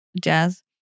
jazz